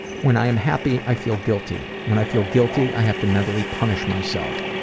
when i am happy, i feel guilty. when i feel guilty, i have to mentally punish myself.